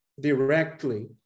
directly